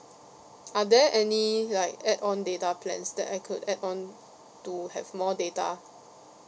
are there any like add on data plans that I could add on to have more data